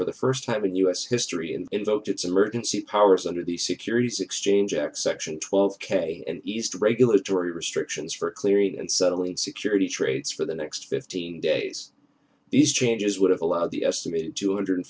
for the first time in u s history and invoked its emergency powers under the securities exchange act section twelve k and eased regulatory restrictions for clearing and settling security trades for the next fifteen days these changes would have allowed the estimated two hundred